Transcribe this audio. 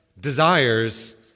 desires